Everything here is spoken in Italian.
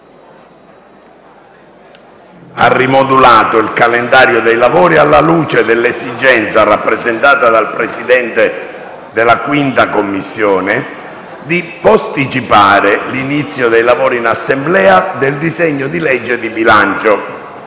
ha rimodulato il calendario dei lavori alla luce dell'esigenza, rappresentata dal Presidente della 5a Commissione, di posticipare l'inizio dei lavori in Assemblea del disegno di legge di bilancio.